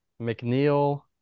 McNeil